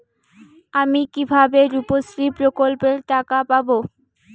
আমি কিভাবে রুপশ্রী প্রকল্পের টাকা পাবো?